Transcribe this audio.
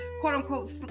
quote-unquote